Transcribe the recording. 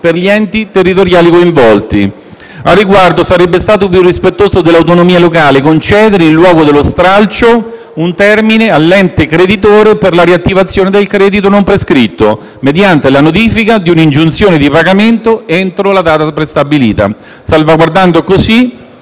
per gli enti territoriali coinvolti. Al riguardo sarebbe stato più rispettoso dell'autonomia locale, concedere, in luogo dello stralcio, un termine all'ente creditore per la riattivazione del credito non prescritto mediante la notifica di un'ingiunzione di pagamento entro una data prestabilita, salvaguardando per